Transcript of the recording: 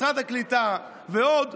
משרד הקליטה ועוד,